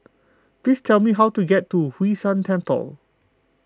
please tell me how to get to Hwee San Temple